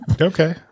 Okay